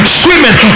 swimming